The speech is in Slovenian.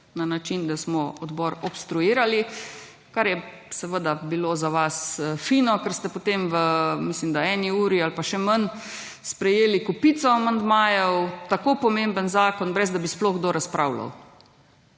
na način, da smo odbor obstruirali, kar je seveda bilo za vas fino, ker ste potem v mislim, da eni uri ali pa še manj sprejeli kopico amandmajev, tako pomemben zakon brez da bi sploh kdo razpravljal.